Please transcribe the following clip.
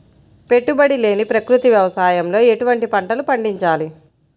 పెట్టుబడి లేని ప్రకృతి వ్యవసాయంలో ఎటువంటి పంటలు పండించాలి?